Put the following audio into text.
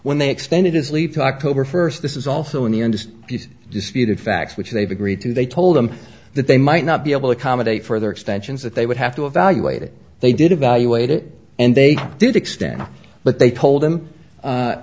when they extended his lead to october first this is also in the end these disputed facts which they've agreed to they told them that they might not be able to accommodate further extensions that they would have to evaluate it they did evaluate it and they did extend but they told him